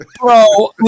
bro